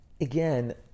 again